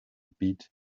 beat